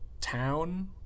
town